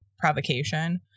provocation